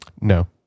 no